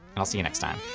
i'll see you next time.